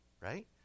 right